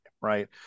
right